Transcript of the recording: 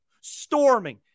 storming